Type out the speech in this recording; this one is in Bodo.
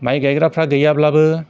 माइ गायग्राफ्रा गैयाब्लाबो